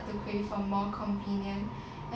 to crave for more convenient